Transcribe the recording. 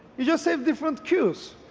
you just have different queues,